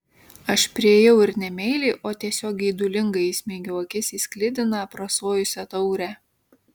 aš priėjau ir ne meiliai o tiesiog geidulingai įsmeigiau akis į sklidiną aprasojusią taurę